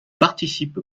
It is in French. participe